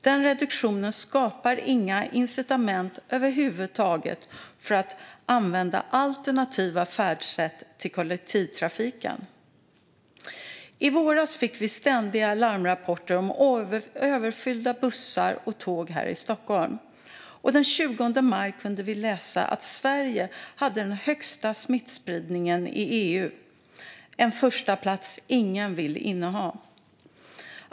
Den reduktionen skapar inga incitament över huvud taget för att använda alternativa färdsätt till kollektivtrafiken. I våras fick vi ständiga larmrapporter om överfyllda bussar och tåg här i Stockholm, och den 20 maj kunde vi läsa att Sverige hade den högsta smittspridningen i EU - en förstaplats som ingen vill inneha.